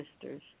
sisters